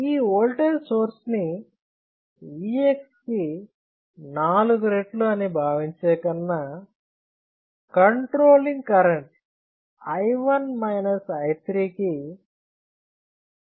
ఈ voltage source ని Vx కి K రెట్లు అని భావించే కన్నా కంట్రోలింగ్ కరెంట్ i1 i3 కి K